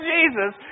Jesus